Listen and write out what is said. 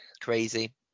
crazy